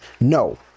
no